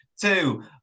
Two